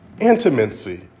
intimacy